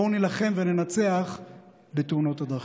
בואו נילחם וננצח את תאונות הדרכים.